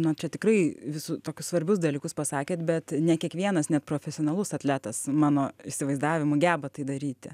na čia tikrai visų tokius svarbius dalykus pasakėt bet ne kiekvienas net profesionalus atletas mano įsivaizdavimu geba tai daryti